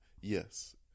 yes